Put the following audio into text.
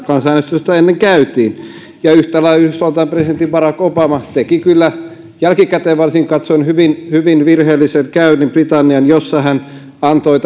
kansanäänestystä ennen käytiin yhtä lailla yhdysvaltain presidentti barack obama teki kyllä varsinkin jälkikäteen katsoen hyvin hyvin virheellisen käynnin britanniaan jossa hän antoi